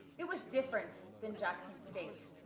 it was different than jackson state.